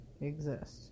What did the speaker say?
exist